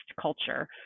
culture